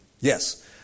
Yes